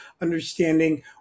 understanding